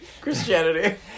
Christianity